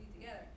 together